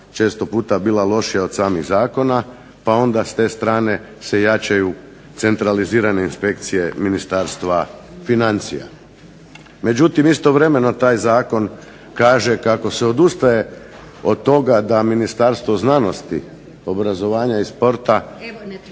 često puta bila lošija od samih zakona. Pa onda s te strane se jačaju centralizirane inspekcije Ministarstva financija. Međutim istovremeno taj zakon kaže kako se odustaje od toga da Ministarstvo znanosti, obrazovanja i sporta